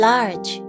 Large